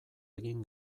egin